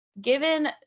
Given